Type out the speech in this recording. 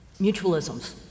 Mutualisms